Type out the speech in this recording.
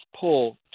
pull